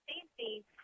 safety